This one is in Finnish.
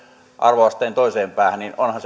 arvoasteikon toiseen päähän niin